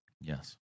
Yes